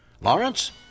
Lawrence